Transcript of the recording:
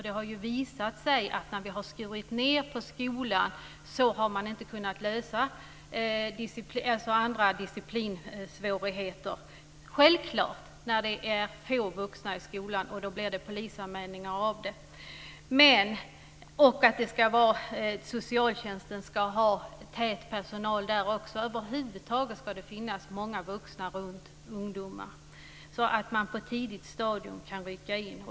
Det har visat sig att när man skurit ned inom skolan har man inte kunnat lösa andra disciplinsvårigheter - självklart när det är få vuxna i skolan, och då blir det polisanmälningar. Socialtjänsten ska ha mycket personal där, över huvud taget ska det finnas många vuxna runt ungdomar, så att man på tidigt stadium kan rycka in.